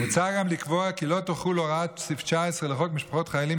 מוצע גם לקבוע כי לא תחול הוראת סעיף 19 לחוק משפחות חיילים,